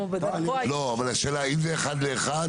אבל השאלה האם זה אחד לאחד,